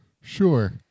Sure